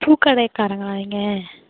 பூக்கடைக்காரங்களா நீங்கள்